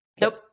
Nope